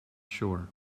sure